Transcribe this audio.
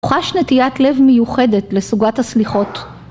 ‫הוא חש נטיית לב מיוחדת ‫לסוגת הסליחות.